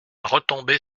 retomber